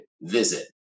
visit